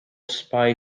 spy